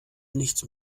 nichts